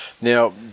Now